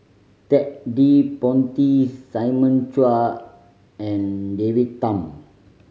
Ted De Ponti Simon Chua and David Tham